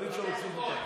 אבל אי-אפשר להוסיף אותך.